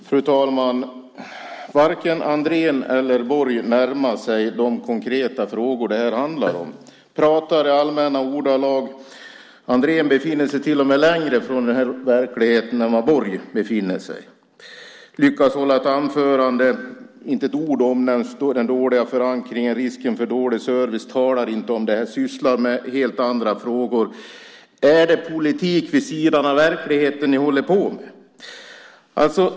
Fru talman! Varken Andrén eller Borg närmar sig de konkreta frågor det här handlar om. De pratar i allmänna ordalag. Andrén befinner sig till och med längre från den här verkligheten än vad Borg gör. Han lyckas hålla ett anförande utan ett ord om den dåliga förankringen eller om risken för dålig service. Han talar inte om det. Han sysslar med helt andra frågor. Är det politik vid sidan av verkligheten ni håller på med?